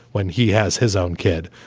when he has his own kid,